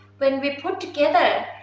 when we put together,